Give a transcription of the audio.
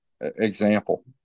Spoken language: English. example